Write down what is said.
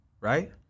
right